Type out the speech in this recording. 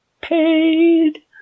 paid